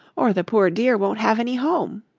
or the poor dear won't have any home.